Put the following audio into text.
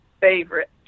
favorite